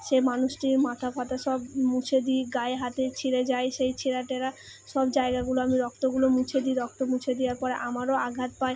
সে মানুষটির মাথা ফাথা সব মুছে দিই গায়ে হাতে ছিঁড়ে যায় সেই ছেঁড়া টেড়া সব জায়গাগুলো আমি রক্তগুলো মুছে দিই রক্ত মুছে দেওয়ার পরে আমারও আঘাত পায়